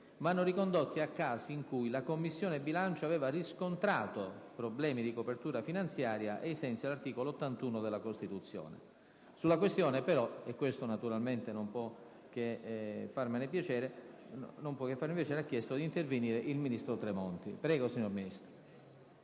vanno ricondotti a casi in cui la Commissione bilancio aveva riscontrato problemi di copertura finanziaria, ai sensi dell'articolo 81 della Costituzione. Sulla questione però - e ciò naturalmente non può che farmi piacere - ha chiesto di intervenire il ministro Tremonti. Onorevoli